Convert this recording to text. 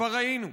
כבר היינו,